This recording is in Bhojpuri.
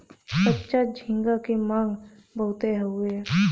कच्चा झींगा क मांग बहुत हउवे